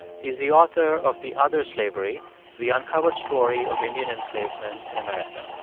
he's the author of the other slavery the uncovered story of indian enslavement in america.